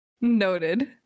noted